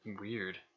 Weird